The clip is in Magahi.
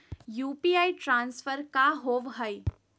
यू.पी.आई ट्रांसफर का होव हई?